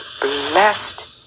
blessed